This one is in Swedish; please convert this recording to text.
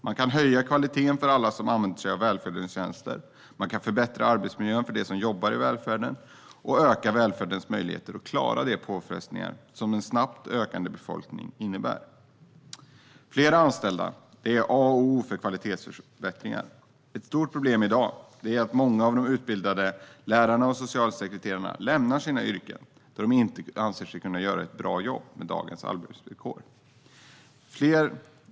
Man kan höja kvaliteten för alla som använder sig av välfärdens tjänster, förbättra arbetsmiljön för dem som jobbar i välfärden och öka välfärdens möjligheter att klara de påfrestningar som en snabbt ökande befolkning innebär. Fler anställda är A och O för kvalitetsförbättringar. Ett stort problem i dag är att många utbildade lärare och socialsekreterare lämnar sina yrken därför att de inte anser sig kunna göra ett bra jobb med dagens arbetsvillkor.